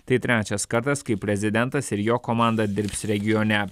tai trečias kartas kai prezidentas ir jo komanda dirbs regione